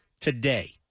today